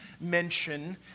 mention